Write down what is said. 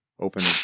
open